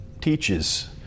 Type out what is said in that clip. teaches